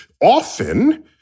Often